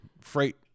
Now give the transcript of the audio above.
freight